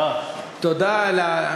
תודה על,